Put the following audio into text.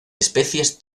especies